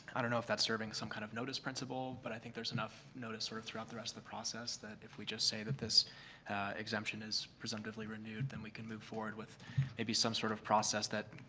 i don't know if that's serving some kind of notice principle. but i think there's enough notice sort of throughout the rest of the process that if we just say that this exemption is presumptively renewed then we can move forward with maybe some sort of process that